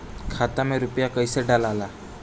खाता में रूपया कैसे डालाला?